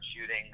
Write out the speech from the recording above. shooting